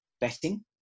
betting